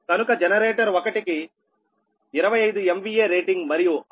కనుక జనరేటర్ 1 కి 25 MVA rating మరియు 6